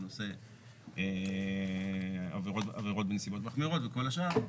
בנושא עבירות בנסיבות מחמירות וכל השאר.